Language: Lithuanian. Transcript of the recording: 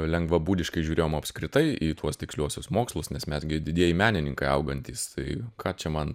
lengvabūdiškai žiūrėjom apskritai į tuos tiksliuosius mokslus nes mes gi didieji menininkai augantys tai ką čia man